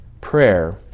Prayer